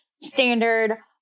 standard